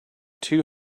two